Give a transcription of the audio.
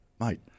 mate